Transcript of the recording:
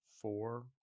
four